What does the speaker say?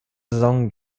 saison